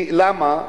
כי, למה?